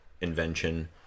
invention